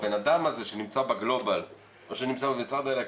הבן אדם הזה שנמצא בגלובל או שנמצא במשרד העלייה והקליטה,